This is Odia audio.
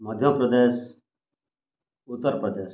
ମଧ୍ୟପ୍ରଦେଶ ଉତ୍ତରପ୍ରଦେଶ